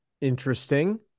interesting